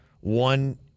one